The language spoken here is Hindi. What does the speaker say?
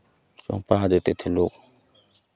पहुंचा देते थे लोग